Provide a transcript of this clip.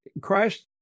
Christ